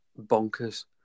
bonkers